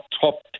top